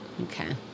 okay